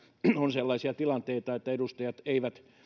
on sellaisia tilanteita että edustajat eivät